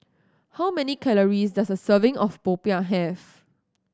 how many calories does a serving of popiah have